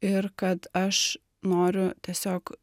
ir kad aš noriu tiesiog